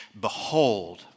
behold